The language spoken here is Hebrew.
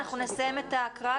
אנחנו נסיים את ההקראה,